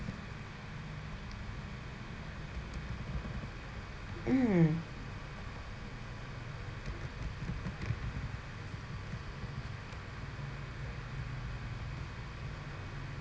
mm